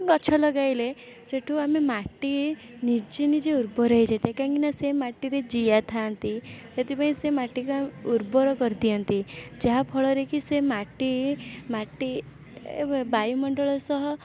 ଗଛ ଲଗାଇଲେ ସେଇଠୁ ଆମେ ମାଟି ନିଜେ ନିଜେ ଉର୍ବର ହେଇଯାଇଥାଏ କାହିଁକିନା ସେ ମାଟିରେ ଜିଆ ଥାଆନ୍ତି ସେଥିପାଇଁ ସେ ମାଟିକୁ ଉର୍ବର କରିଦିଅନ୍ତି ଯାହାଫଳରେକି ସେ ମାଟି ମାଟି ବାୟୁମଣ୍ଡଳ ସହ